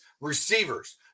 Receivers